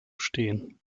stehen